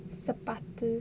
சப்பாத்து:sappaathu